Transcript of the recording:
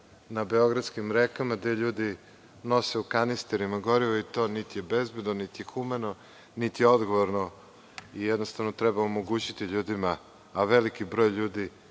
na beogradskim rekama, gde ljudi nose u kanisterima gorivo i to niti je bezbedno, niti je humano, niti je odgovorno. Jednostavno, treba omogućiti ljudima, a veliki broj ljudi